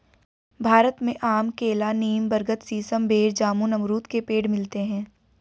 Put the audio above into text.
भारत में आम केला नीम बरगद सीसम बेर जामुन अमरुद के पेड़ मिलते है